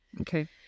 Okay